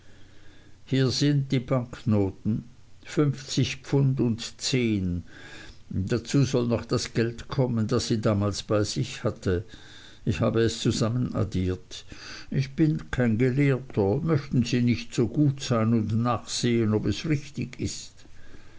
hier sind die banknoten fünfzig pfund und zehn dazu soll noch das geld kommen das sie damals bei sich hatte ich habe es zusammenaddiert ich bin kein gelehrter möchten sie nicht so gut sein und nachsehen ob es richtig ist